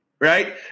Right